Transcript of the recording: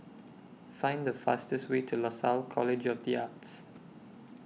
Find The fastest Way to Lasalle College of The Arts